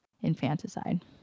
infanticide